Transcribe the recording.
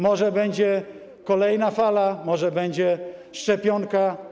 Może będzie kolejna fala, może będzie szczepionka.